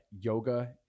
yoga